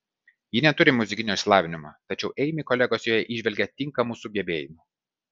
ji neturi muzikinio išsilavinimo tačiau eimi kolegos joje įžvelgia tinkamų sugebėjimų